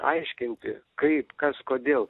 aiškinti kaip kas kodėl